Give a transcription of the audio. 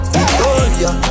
Victoria